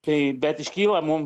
tai bet iškyla mum